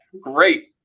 great